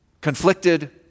conflicted